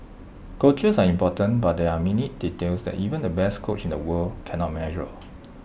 coaches are important but there are minute details that even the best coach in the world cannot measure